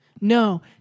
No